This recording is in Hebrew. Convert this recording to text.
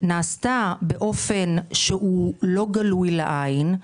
נעשתה באופן שהוא לא גלוי לעין,